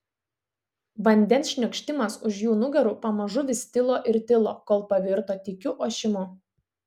vandens šniokštimas už jų nugarų pamažu vis tilo ir tilo kol pavirto tykiu ošimu